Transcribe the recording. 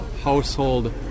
household